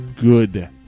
good